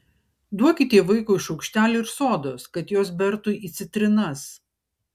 duokite vaikui šaukštelį ir sodos kad jos bertų į citrinas